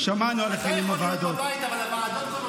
אתה יכול להיות בבית, אבל הוועדות פה